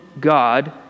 God